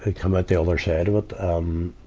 come out the other side of it, um,